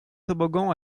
toboggans